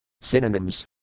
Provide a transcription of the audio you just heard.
Synonyms